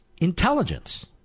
intelligence